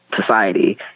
Society